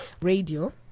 Radio